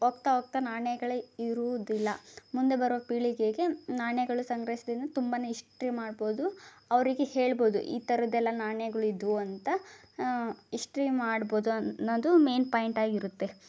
ಹೋಗ್ತಾ ಹೋಗ್ತಾ ನಾಣ್ಯಗಳೇ ಇರುವುದಿಲ್ಲ ಮುಂದೆ ಬರೋ ಪೀಳಿಗೆಗೆ ನಾಣ್ಯಗಳು ಸಂಗ್ರೈಸ್ದಿಂದ ತುಂಬಾ ಇಸ್ಟ್ರಿ ಮಾಡ್ಬೌದು ಅವರಿಗೆ ಹೇಳ್ಬೌದು ಈ ಥರದ್ದೆಲ್ಲ ನಾಣ್ಯಗಳಿದ್ದವು ಅಂತ ಇಸ್ಟ್ರಿ ಮಾಡ್ಬೋದು ಅನ್ನೋದು ಮೇನ್ ಪಾಯಿಂಟ್ ಆಗಿರುತ್ತೆ